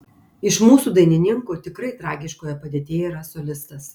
iš mūsų dainininkų tikrai tragiškoje padėtyje yra solistas